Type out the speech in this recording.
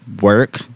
Work